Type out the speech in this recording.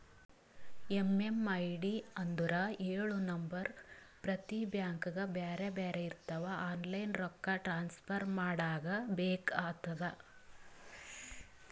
MMID ಅಂದುರ್ ಎಳು number ಪ್ರತಿ ಬ್ಯಾಂಕ್ಗ ಬ್ಯಾರೆ ಬ್ಯಾರೆ ಇರ್ತಾವ್ ಆನ್ಲೈನ್ ರೊಕ್ಕಾ ಟ್ರಾನ್ಸಫರ್ ಮಾಡಾಗ ಬೇಕ್ ಆತುದ